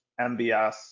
MBS